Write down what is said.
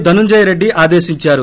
ధనుంజయ రెడ్డి ఆదేశిందారు